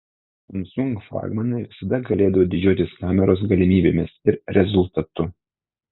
samsung flagmanai visada galėdavo didžiuotis kameros galimybėmis ir rezultatu